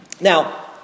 Now